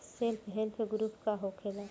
Self help group का होखेला?